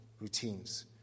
routines